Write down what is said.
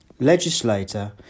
Legislator